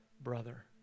brother